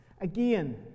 again